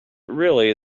really